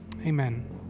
amen